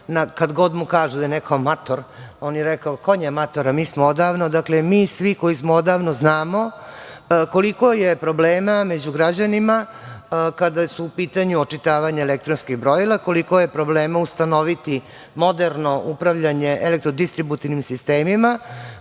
kad god mu kaže neko da je mator, on je rekao – konj je mator, a mi smo odavno, dakle mi svi koji smo odavno, znamo koliko je problema među građanima, kada su u pitanju očitavanja elektronskih brojila, koliko je problema ustanoviti moderno upravljanje elektro distributivnim sistemima,